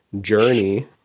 Journey